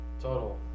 total